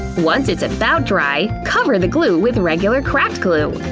once it's about dry, cover the glue with regular craft glue.